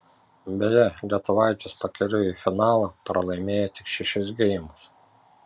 beje lietuvaitės pakeliui į finalą pralaimėjo tik šešis geimus